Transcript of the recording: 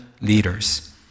leaders